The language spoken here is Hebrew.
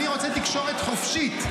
אני רוצה תקשורת חופשית,